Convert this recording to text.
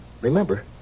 Remember